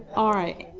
all right.